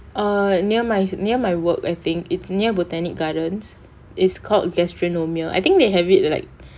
err near my near my work I think it's near botanic gardens is called gastronomia I think they have it like